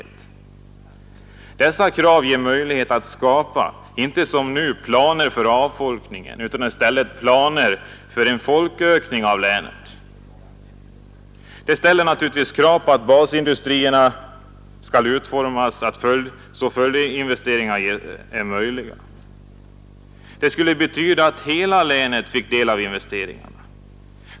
Ett tillmötesgående av dessa krav ger möjlighet att skapa, inte som nu planer för avfolkning utan i stället planer för en folkökning i länet. Det ställer naturligtvis krav på att basindustrier skall utformas så att följdinvesteringar görs möjliga. Det skulle betyda att hela länet fick del av investeringarna.